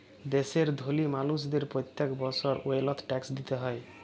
দ্যাশের ধলি মালুসদের প্যত্তেক বসর ওয়েলথ ট্যাক্স দিতে হ্যয়